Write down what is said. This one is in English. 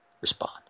respond